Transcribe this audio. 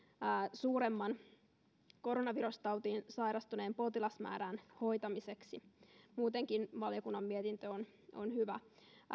suuremman koronavirustautiin sairastuneen potilasmäärän hoitamiseksi muutenkin valiokunnan mietintö on on hyvä